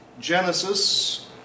Genesis